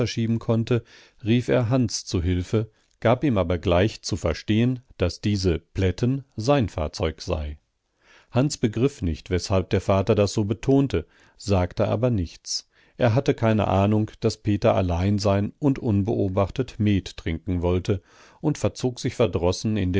konnte rief er hans zu hilfe gab ihm aber gleich zu verstehen daß diese plätten sein fahrzeug sei hans begriff nicht weshalb der vater das so betonte sagte aber nichts er hatte keine ahnung daß peter allein sein und unbeobachtet met trinken wollte und verzog sich verdrossen